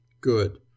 Good